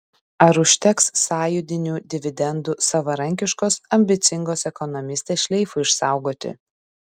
ar užteks sąjūdinių dividendų savarankiškos ambicingos ekonomistės šleifui išsaugoti